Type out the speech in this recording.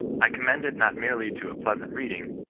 i commend it not merely to a pleasant reading,